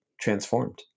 transformed